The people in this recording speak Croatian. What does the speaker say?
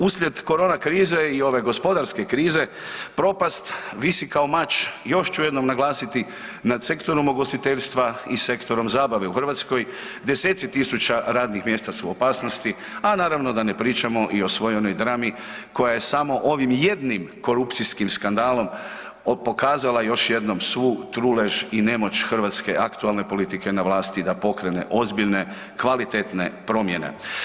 Uslijed korona krize i ove gospodarske krize propast visi kao mač, još ću jednom naglasiti nad sektorom ugostiteljstva i sektorom zabave u Hrvatskoj, deseci tisuća radnih mjesta su u opasnosti, a naravno da ne pričamo i o svoj onoj drami koja je samo ovim jednim korupcijskim skandalom pokazala još jednom svu trulež i nemoć hrvatske aktualne politike na vlasti da pokrene ozbiljne, kvalitetne promjene.